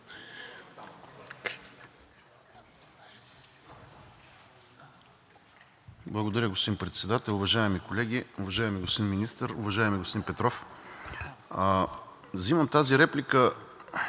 Благодаря, господин Председател. Уважаеми колеги! Уважаеми господин Министър, уважаеми господин Петров, взимам тази реплика,